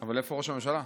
אבל איפה ראש הממשלה?